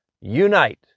unite